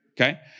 Okay